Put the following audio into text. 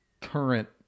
current